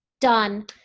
done